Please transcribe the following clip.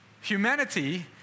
Humanity